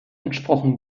entsprochen